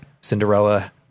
Cinderella